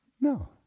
No